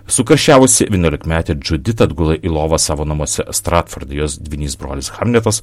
sukarščiavusi vienuolikmetė džudit atgula į lovą savo namuose stratforde jos dvynys brolis hamletas